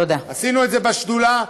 עשינו את זה בשדולה,